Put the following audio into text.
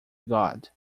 god